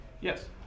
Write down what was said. Yes